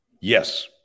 Yes